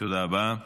תודה רבה.